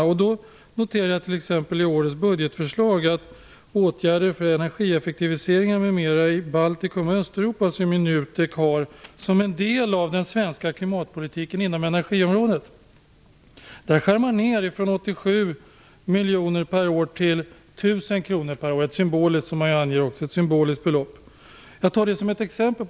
I årets budgetförslag ser jag t.ex. att när det gäller åtgärder för energieffektiviseringar m.m. i Baltikum och Österuropa, som NUTEK genomför som en del av den svenska klimatpolitiken inom energiområdet, skär man ner från 87 miljoner per år till 1 000 kr per år. Det är ett symboliskt belopp, vilket man också anger. Jag tar det som ett exempel.